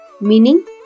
meaning